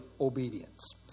obedience